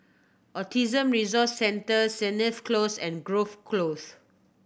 Autism Resource Centre Sennett Close and Grove Close